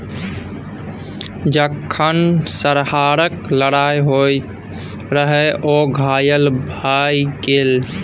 जखन सरहाक लड़ाइ होइत रहय ओ घायल भए गेलै